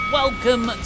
welcome